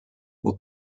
will